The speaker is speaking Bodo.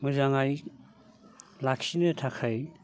मोजांयै लाखिनो थाखाय